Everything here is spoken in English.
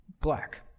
black